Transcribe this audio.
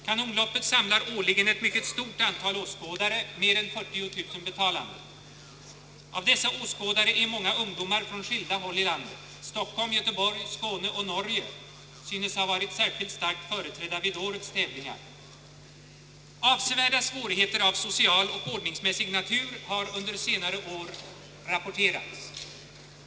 Kanonloppet samlar årligen ett mycket stort antal åskådare, mer än 40 000 betalande. Av dessa åskådare är många ungdomar från skilda håll i landet. Stockholm, Göteborg, Skåne och Norge synes ha varit särskilt starkt företrädda vid årets tävlingar. Avsevärda svårigheter av social och ordningsmässig natur har under senare år rapporterats.